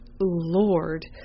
Lord